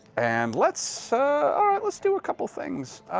and let's so ah let's do a couple of things.